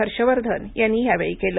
हर्षवर्धन यांनी यावेळी केलं